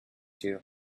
two